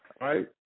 Right